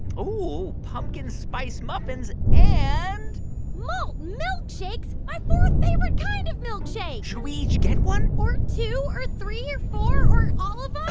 oh, pumpkin spice muffins and. malt milkshakes? my fourth-favorite kind of milkshake. should we each get one? or two or three or four or all of